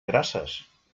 grasses